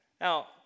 Now